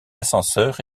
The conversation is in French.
ascenseur